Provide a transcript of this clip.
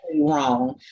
wrong